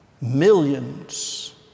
Millions